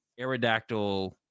aerodactyl